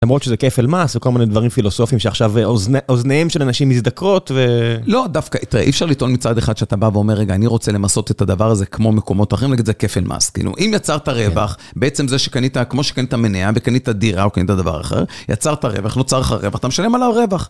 למרות שזה כפל מס וכל מיני דברים פילוסופיים שעכשיו אוזניהם של אנשים מזדקרות ו... לא, דווקא, תראה, אי אפשר לטעון מצד אחד שאתה בא ואומר, רגע, אני רוצה למסות את הדבר הזה כמו מקומות אחרים, נגיד זה כפל מס, כאילו, אם יצרת רווח, בעצם זה שקנית, כמו שקנית מניעה וקנית דירה או קנית דבר אחר, יצרת רווח, נוצר לך רווח, אתה משלם עליו רווח.